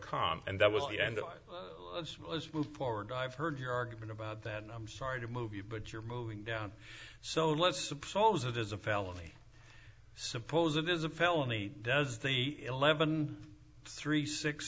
calm and that was the end i moved forward i've heard your argument about that and i'm sorry to movie but you're moving down so let's suppose it is a felony suppose it is a felony does the eleven three six